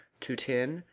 to tin,